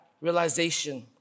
realization